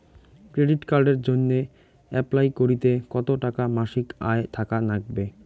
Credit কার্ডের জইন্যে apply করিতে কতো টাকা মাসিক আয় থাকা নাগবে?